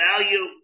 value